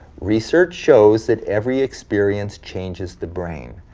research shows that every experience changes the brain,